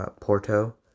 Porto